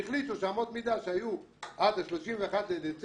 אם היא תהיה עוד פעם שרת הספורט, היא